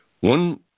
One